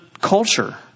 culture